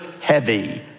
heavy